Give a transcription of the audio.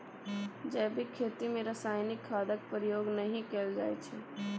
जैबिक खेती मे रासायनिक खादक प्रयोग नहि कएल जाइ छै